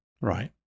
Right